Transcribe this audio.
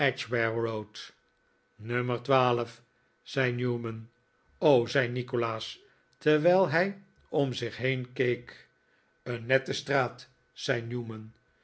nummer twaalf zei newman r o zei nikolaas terwijl hrj om zich heen keek een nette straat zei newman